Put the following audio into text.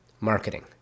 marketing